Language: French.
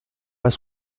pas